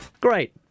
Great